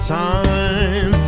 time